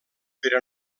però